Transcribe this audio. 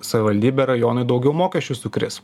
savivaldybei rajonui daugiau mokesčių sukris